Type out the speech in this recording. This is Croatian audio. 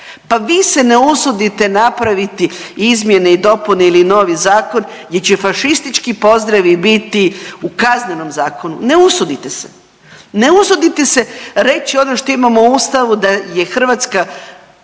pa vi se ne usudite napraviti izmjene i dopune ili novi zakon gdje će fašistički pozdravi biti u Kaznenom zakonu. Ne usudite se, ne usudite se reći ono što imamo u Ustavu da je Hrvatska